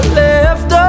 left